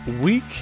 week